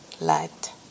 light